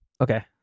Okay